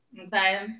okay